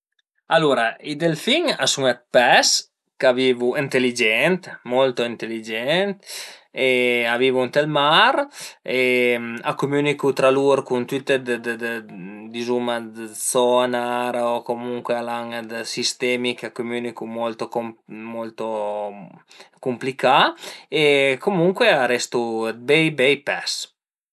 Alura i delfin a sun dë pes ch'a vivu ënteligent, molto ënteligent e a vivu ënt ël mar e a cumünicu tra lur cun tüte dë dë dizuma dë sonar o comuncue al an dë sistemi ch'a cumünicu molto molto cumplicà e comuncue a restu dë bei bei pes